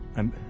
i'm